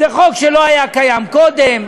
זה חוק שלא היה קיים קודם,